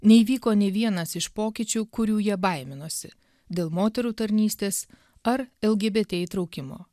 neįvyko nė vienas iš pokyčių kurių jie baiminosi dėl moterų tarnystės ar lgbt įtraukimo